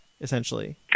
essentially